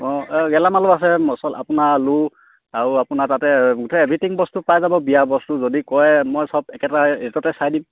অঁ গেলামালো আছে মচলা আপোনাৰ আলু আৰু আপোনাৰ তাতে গোটেই এভিথিং বস্তু পাই যাব বিয়াৰ বস্তু যদি কয় মই চব একেটা ৰেটতে চাই দিম